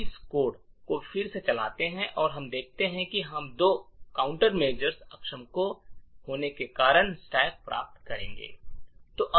हम इस कोड को फिर से चलाते हैं और हम देखते हैं कि हम दो काउंटरमैरेस अक्षम होने के कारण स्टैक प्राप्त करते हैं